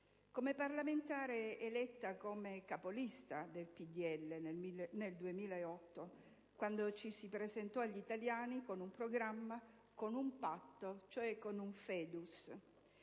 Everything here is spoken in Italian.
Come parlamentare eletta capolista del PdL nel 2008, quando ci si presentò agli italiani con un programma, con un patto, cioè con un